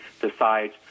decides